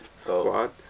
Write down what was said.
Squad